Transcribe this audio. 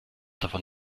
davon